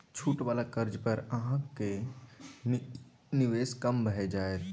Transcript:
छूट वला कर्जा पर अहाँक निवेश कम भए जाएत